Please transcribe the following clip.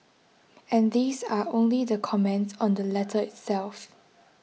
and these are only the comments on the letter itself